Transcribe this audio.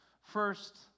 first